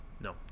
No